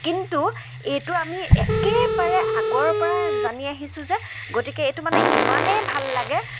কিন্তু এইটো আমি একেবাৰে আগৰ পৰাই জানি আহিছোঁ যে গতিকে এইটো মানে ইমানেই ভাল লাগে